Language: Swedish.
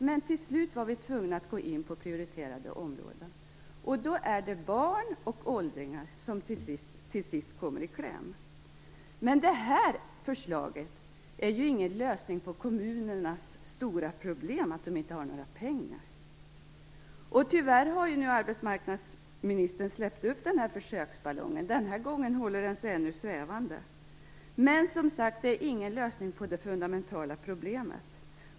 Men till slut var vi tvungna att gå in på prioriterade områden. Då blir det till sist barn och åldringar som kommer i kläm. Det här förslaget är ingen lösning på kommunernas stora problem, att de inte har några pengar. Tyvärr har ju arbetsmarknadsministern släppt upp den här försöksballongen. Den håller sig ännu svävande, men det är ingen lösning på det fundamentala problemet.